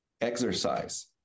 exercise